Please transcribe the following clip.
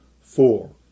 Four